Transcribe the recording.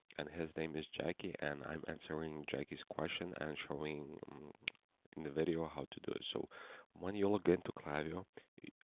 and his name is jackie and i'm answering jackie's question and showing in the video how to do it. so when y'all get to klaviyo,